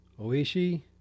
Oishi